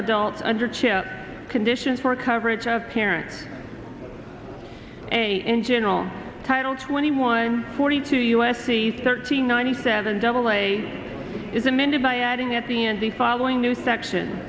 adult under chip conditions for coverage of parent a in general title twenty one forty two u s c thirteen ninety seven double a is amended by adding at the end the following new section